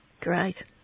Great